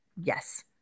Yes